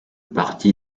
parti